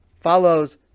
follows